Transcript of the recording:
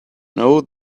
know